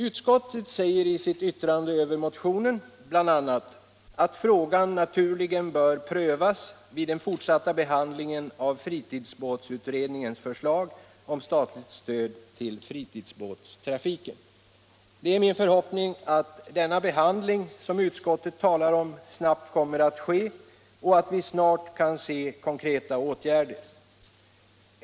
Utskottet säger i sitt yttrande över motionen bl.a. att frågan naturligen bör prövas vid den fortsatta behandlingen av fritidsbåtsutredningens förslag om statligt stöd till fritidsbåtstrafiken. Det är min förhoppning att denna behandling, som utskottet talar om, snabbt kommer att ske och att vi snart kan se konkreta åtgärder.